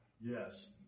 Yes